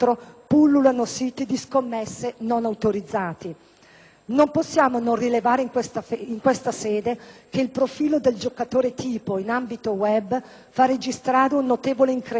Non possiamo non rilevare in questa sede che il profilo del giocatore tipo in ambito *web* fa registrare un notevole incremento del numero dì giovani tra i 18 e i 26 anni.